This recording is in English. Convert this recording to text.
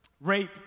rape